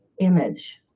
image